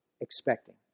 expecting